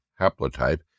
haplotype